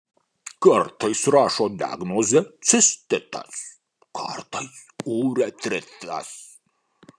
kartais rašo diagnozę cistitas kartais uretritas